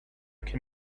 can